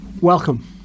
Welcome